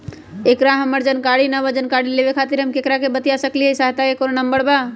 एकर हमरा जानकारी न बा जानकारी लेवे के खातिर हम केकरा से बातिया सकली ह सहायता के कोनो नंबर बा?